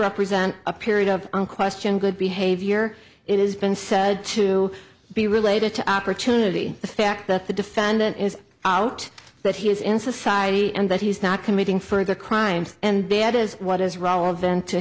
up present a period of unquestioned good behavior it has been said to be related to opportunity the fact that the defendant is out that he is in society and that he's not committing further crimes and bad is what is relevant to